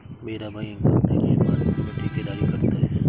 मेरा भाई income tax department में ठेकेदारी करता है